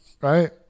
Right